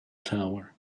tower